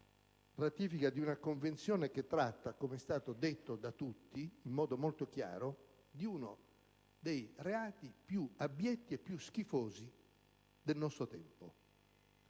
la mancata ratifica di una Convenzione che tratta, come è stato detto da tutti in modo molto chiaro, di uno dei reati più abietti e più schifosi del nostro tempo,